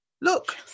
Look